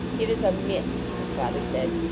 it is a mitt, his father said,